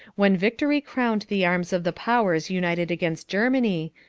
when victory crowned the arms of the powers united against germany,